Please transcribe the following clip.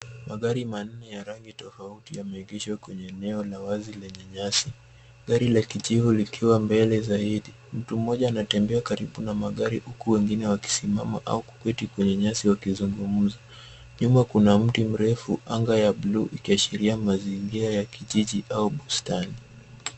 Magari manne ya rangi tafauti yameegeshwa kwenye eneo la wazi lenye nyasi. Gari la kijivu likiwa mbele zaidi. Mtu moja anatembea karibu magari huku wengine wakisimama au kuketi kwenye nyasi wakizungumza. Nyuma kuna mti mrefu, angaa ya bluu ikiashiria ya kijiji au bustani.